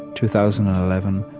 two thousand and eleven,